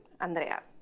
Andrea